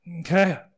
Okay